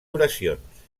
oracions